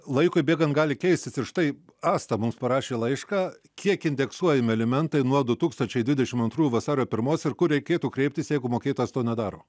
laikui bėgant gali keistis ir štai asta mums parašė laišką kiek indeksuojami alimentai nuo du tūkstančiai dvidešim antrųjų vasario pirmos ir kur reikėtų kreiptis jeigu mokėtojas to nedaro